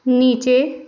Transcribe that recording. नीचे